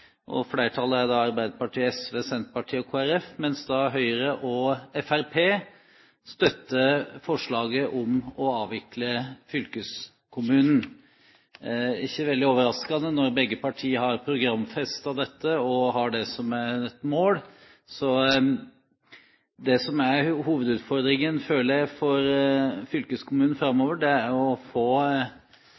mai. Flertallet er Arbeiderpartiet, SV, Senterpartiet og Kristelig Folkeparti, mens Høyre og Fremskrittspartiet støtter forslaget om å avvikle fylkeskommunen – ikke veldig overraskende når begge partier har programfestet dette og har det som et mål. Det jeg føler er hovedutfordringen for fylkeskommunen framover, så lenge den eksisterer, er å få